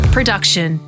Production